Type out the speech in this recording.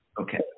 Okay